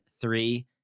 three